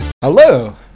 hello